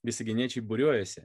visaginiečiai būriuojasi